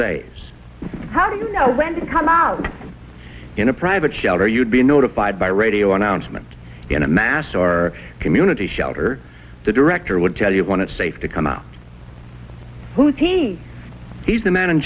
days how do you know when to come out in a private shelter you'd be notified by radio announcement in a mass or community shelter the director would tell you want to safe to come out who is he he's a man in